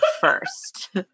first